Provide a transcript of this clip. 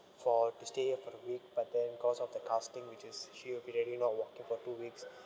for to stay for a week but then cause of the car's thing which is she will be really not walking for two weeks